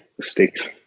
stakes